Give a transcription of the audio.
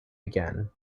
again